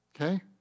Okay